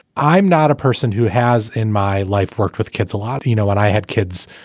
i'm not a person who has in my life worked with kids a lot. you know what? i had kids.